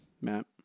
Matt